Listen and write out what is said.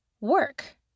work